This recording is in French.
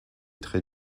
très